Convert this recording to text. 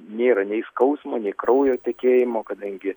nėra nei skausmo nei kraujo tekėjimo kadangi